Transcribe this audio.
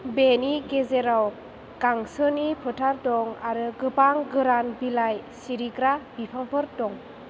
बेनि गेजेराव गांसोनि फोथार दं आरो गोबां गोरान बिलाइ सिरिग्रा बिफांफोर दं